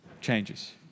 changes